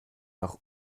nach